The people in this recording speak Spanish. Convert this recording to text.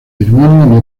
birmania